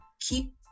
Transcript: keep